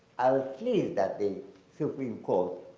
i was pleased that the supreme court